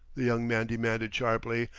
the young man demanded sharply.